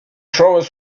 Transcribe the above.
chauves